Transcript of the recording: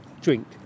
drink